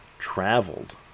traveled